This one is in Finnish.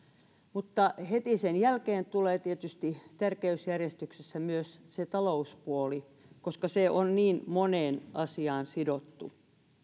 mutta heti sen jälkeen tulee tietysti tärkeysjärjestyksessä myös se talouspuoli koska se on niin moneen asiaan sidottu